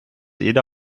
jeder